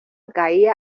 caía